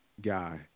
guy